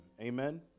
Amen